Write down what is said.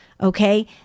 Okay